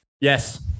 Yes